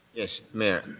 yes, mayor.